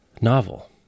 novel